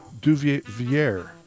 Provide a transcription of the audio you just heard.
Duvier